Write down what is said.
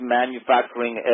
manufacturing